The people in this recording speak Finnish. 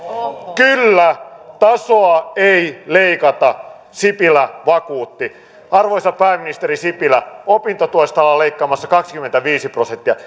kyllä tasoa ei leikata sipilä vakuutti arvoisa pääministeri sipilä opintotuesta ollaan leikkaamassa kaksikymmentäviisi prosenttia